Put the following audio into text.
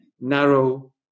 narrow